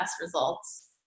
results